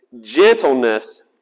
gentleness